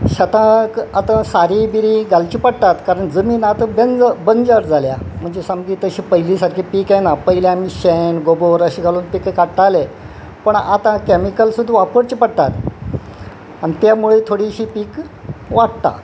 शेताक आतां सारी बिरीं घालची पडटात कारण जमीन आतां बंज बंजर जाल्या म्हणजे सामकी तशी पयलीं सारकी पीक येना पयली आमी शेण गोबोर अशें घालून पीक काडटाले पण आतां कॅमिकलसूत वापरचे पडटात आनी त्या मुळे थोडीशी पीक वाडटा